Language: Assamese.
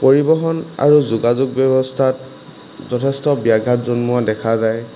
পৰিবহণ আৰু যোগাযোগ ব্যৱস্থাত যথেষ্ট ব্যাঘাত জন্মোৱা দেখা যায়